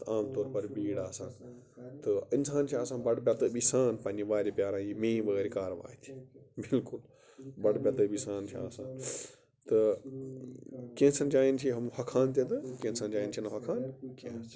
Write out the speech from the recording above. اَتھ عام طور پَر بیٖڑ آسان تہٕ اِنسان چھِ آسان بَڑٕ بیٚتٲبی سان پَنٛنہِ وارِ پیاران یہِ میٲنۍ وٲرۍ کَر واتہِ بِلکُل بَڑٕ بیٚتٲبی سان چھِ آسان تہٕ کینٛژھن جایَن چھِ یِم ہۄکھان تہِ تہٕ کینٛژن جایَن چھِنہٕ ہۄکھان کینٛہہ حظ